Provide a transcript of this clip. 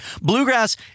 Bluegrass